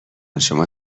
شما